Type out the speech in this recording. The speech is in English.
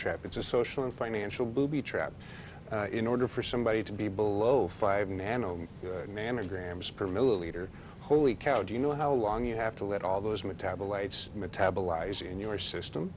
trap it's a social and financial booby trap in order for somebody to be below five nano mammograms per milliliter holy cow do you know how long you have to let all those metabolites metabolize in your system